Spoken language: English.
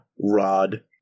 rod